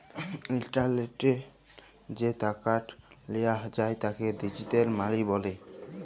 ইলটারলেটলে যে টাকাট লিয়া যায় তাকে ডিজিটাল মালি ব্যলে